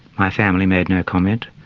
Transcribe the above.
my family made no comment,